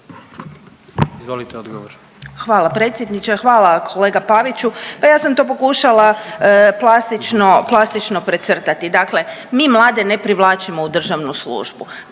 Ivana (Nezavisni)** Hvala predsjedniče, hvala kolega Paviću. Pa ja sam to pokušala plastično precrtati. Dakle, mi mlade ne privlačimo u državnu službu.